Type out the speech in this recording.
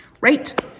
Right